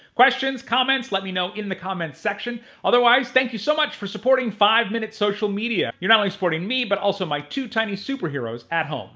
questions, comments? let me know in the comments section. otherwise, thank you so much for supporting five minute social media! you're not only supporting me but also my two tiny superheroes at home.